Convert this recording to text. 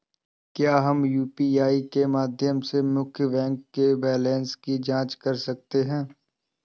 क्या हम यू.पी.आई के माध्यम से मुख्य बैंक बैलेंस की जाँच कर सकते हैं?